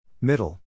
Middle